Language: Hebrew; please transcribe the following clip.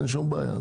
אין שום בעיה.